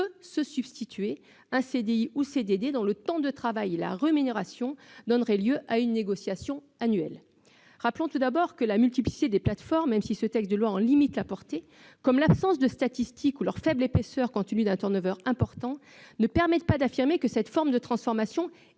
se substituer un CDI ou un CDD dont le temps de travail et la rémunération donneraient lieu à une négociation annuelle. Rappelons, tout d'abord, que la multiplicité des plateformes, même si ce texte en limite la portée, comme l'absence de statistiques ou leur faible épaisseur du fait d'un turnover important, ne permettent pas d'affirmer que cette transformation est